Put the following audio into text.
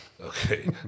okay